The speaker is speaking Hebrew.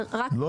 המכולות לא